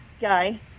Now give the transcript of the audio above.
guy